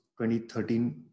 2013